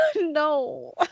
No